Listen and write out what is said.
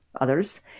others